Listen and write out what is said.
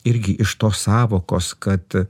irgi iš tos sąvokos kad